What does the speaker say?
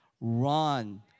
Run